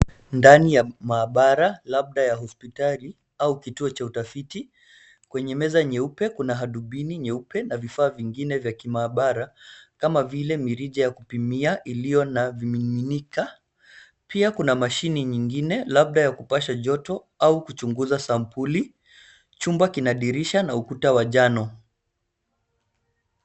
Ndani ya maabara labda ya hospitali au kituo cha utafiti. Kwenye meza nyeupe, kuna hadubini nyeupe na vifaa vingine vya kimaabara kama vile mirija ya kupimia iliyo na vimiminika. Pia kuna mashine nyingine labda ya kupasha joto au kuchunguza sampuli. Chumba kina dirisha na ukuta wa njano.